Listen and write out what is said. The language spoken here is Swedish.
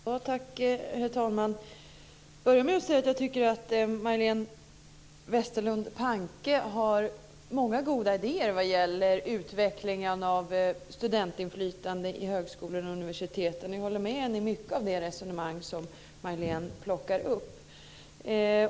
Herr talman! Jag vill börja med att säga att jag tycker att Majléne Westerlund Panke har många goda idéer vad gäller utvecklingen av studentinflytande på högskolor och universitet. Jag håller med Majléne i mycket av det resonemang som hon plockar upp.